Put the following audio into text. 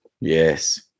Yes